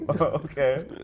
Okay